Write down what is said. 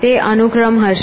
તે અનુક્રમ હશે